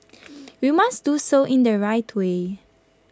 we must do so in the right way